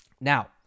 Now